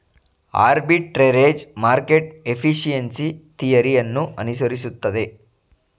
arbitrage market efficiency theory ಅನ್ನು ಅನುಸರಿಸುತ್ತದೆ